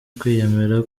kwiyemera